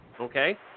okay